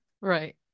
Right